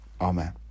Amen